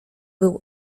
był